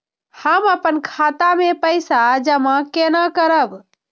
हम अपन खाता मे पैसा जमा केना करब?